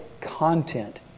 content